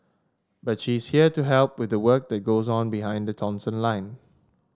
but she's here to help with the work that goes on behind the Thomson line